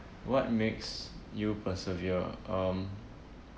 what makes you persevere um